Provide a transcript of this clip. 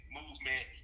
movement